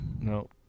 No